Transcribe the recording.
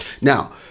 now